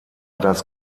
das